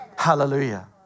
Hallelujah